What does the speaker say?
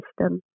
system